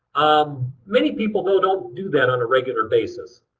um many people, though, don't do that on a regular basis.